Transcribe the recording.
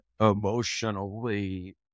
emotionally